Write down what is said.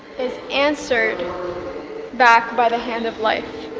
its answered back by the hand of life